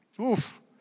Oof